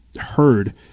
heard